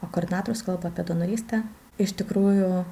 o koordinatorius kalba apie donorystę iš tikrųjų